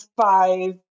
five